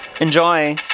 Enjoy